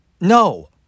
No